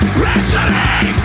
wrestling